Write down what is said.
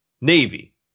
navy